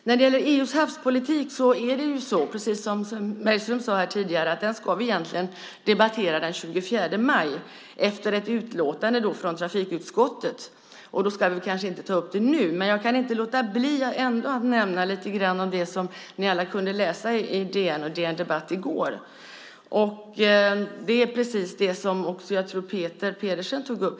När det gäller EU:s havspolitik är det precis som Sven Bergström sade tidigare. Den ska vi egentligen debattera den 24 maj, efter ett utlåtande från trafikutskottet. Då ska vi kanske inte ta upp det nu, men jag kan inte låta bli att ändå nämna lite grann om det som ni alla kunde läsa i DN, DN Debatt, i går. Det är precis det som jag tror att också Peter Pedersen tog upp.